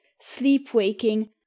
sleep-waking